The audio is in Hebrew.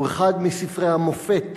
הוא אחד מספרי המופת